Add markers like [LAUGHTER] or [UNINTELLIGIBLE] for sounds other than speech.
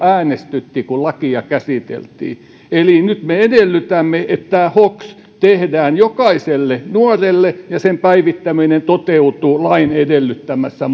äänestytti kun lakia käsiteltiin eli nyt me edellytämme että tämä hoks tehdään jokaiselle nuorelle ja sen päivittäminen toteutuu lain edellyttämässä [UNINTELLIGIBLE]